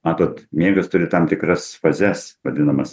matot miegas turi tam tikras fazes vadinamas